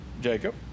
Jacob